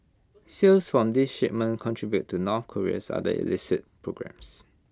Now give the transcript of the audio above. sales from these shipments contribute to north Korea's other illicit programmes